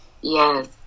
yes